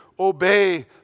Obey